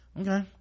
Okay